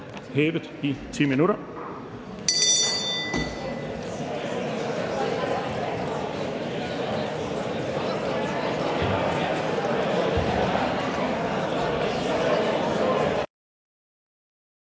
mødet i 10 minutter.